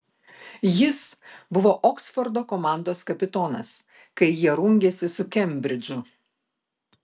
jis buvo oksfordo komandos kapitonas kai jie rungėsi su kembridžu